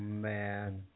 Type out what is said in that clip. man